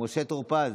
משה טור פז,